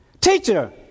Teacher